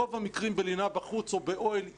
ברוב המקרים בלינה בחוץ או באוהל אישי,